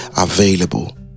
available